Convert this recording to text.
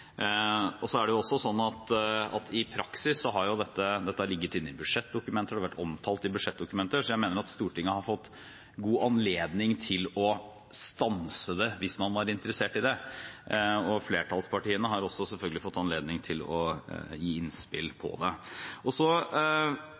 vedtatt. Så er det også sånn at i praksis har dette ligget inne i budsjettdokumenter, og det har vært omtalt i budsjettdokumenter, så jeg mener at Stortinget har fått god anledning til å stanse det, hvis man var interessert i det. Flertallspartiene har også selvfølgelig fått anledning til å gi innspill